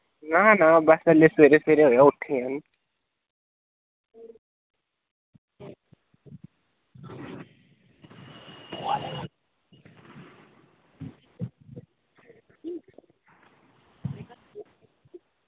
ना ना ब में सबेरै सबेरै हून ई उट्ठेआ ई